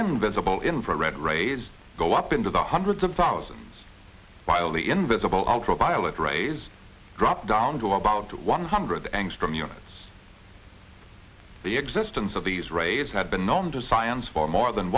invisible infrared raids go up into the hundreds of thousands while the invisible ultraviolet rays drop down to about one hundred angstrom units the existence of these raids had been known to science for more than